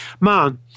Man